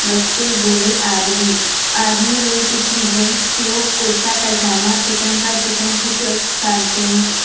بچے بوڑھے آدمی آدمی لوگ اس میں جینس لوگ کرتا پاجامہ چکن کا چکن کی شرٹس پہنتے ہیں